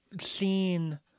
seen